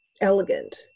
elegant